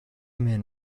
men